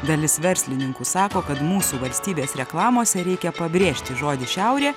dalis verslininkų sako kad mūsų valstybės reklamose reikia pabrėžti žodį šiaurė